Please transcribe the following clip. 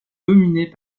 dominée